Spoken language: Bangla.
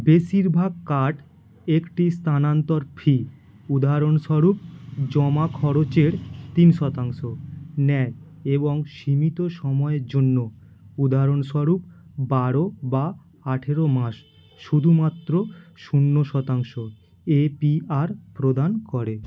বেশিরভাগ কার্ড একটি স্তানান্তর ফি উদাহরণস্বরূপ জমা খরচের তিন শতাংশ নেয় এবং সীমিত সময়ের জন্য উদাহরণস্বরূপ বারো বা আঠেরো মাস শুধুমাত্র শূন্য শতাংশ এপিআর প্রদান করে